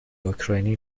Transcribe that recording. اوکراینی